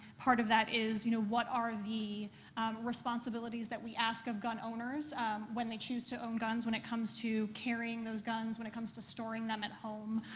part of that is, you know, what are the responsibilities that we ask of gun owners when they choose to own guns, when it comes to carrying those guns, when it comes to storing them at home,